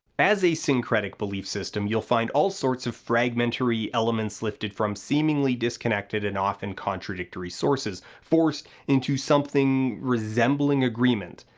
as a syncretic belief system you'll find all sorts of fragmentary elements lifted from seemingly disconnected and often contradictory sources, forced into something resembling agreement,